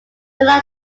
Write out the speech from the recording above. below